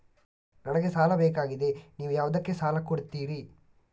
ನನಗೆ ಸಾಲ ಬೇಕಾಗಿದೆ, ನೀವು ಯಾವುದಕ್ಕೆ ಸಾಲ ಕೊಡ್ತೀರಿ?